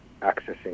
accessing